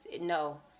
No